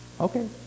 okay